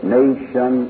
nation